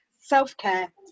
self-care